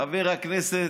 חבר הכנסת,